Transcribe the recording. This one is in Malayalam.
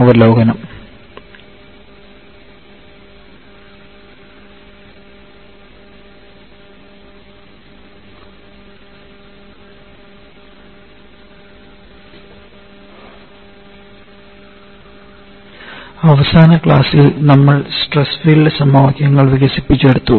അവസാന ക്ലാസ്സിൽ നമ്മൾ സ്ട്രെസ് ഫീൽഡ് സമവാക്യങ്ങൾ വികസിപ്പിച്ചെടുത്തു